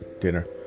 dinner